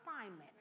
assignment